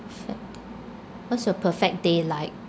in fact what's your perfect day like